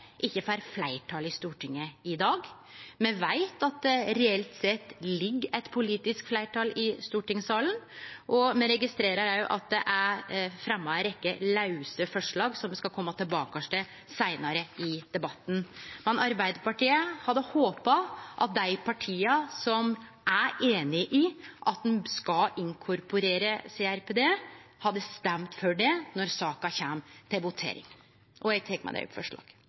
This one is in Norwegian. ikkje får fleirtal i Stortinget i dag. Me veit at det reelt sett er eit politisk fleirtal i stortingssalen, og me registrerer òg at det er fremja ei rekkje lause forslag som me skal kome tilbake til seinare i debatten. Men Arbeidarpartiet hadde håpa at dei partia som er einig i at ein skal inkorporere CRPD, hadde stemt for det når saka kjem til votering. Eg tek med det opp forslaget